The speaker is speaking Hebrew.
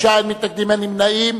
בעד, 25, אין מתנגדים, אין נמנעים.